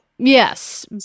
Yes